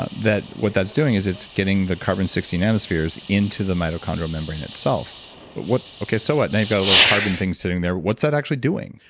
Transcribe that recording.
ah that what that's doing is it's getting the carbon sixty nanospheres into the mitochondrial membrane itself but okay, so what? now you've got a little carbon thing sitting there. what's that actually doing?